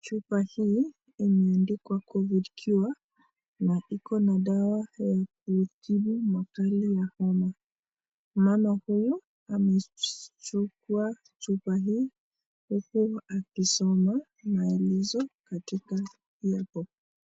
Chupa hii imeandikwa covid cure na iko na dawa ya kutibu makali ya homa, mama huyu amechukua chupa hii huku akisoma maelezo katika lebo.